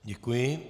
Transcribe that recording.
Děkuji.